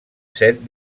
set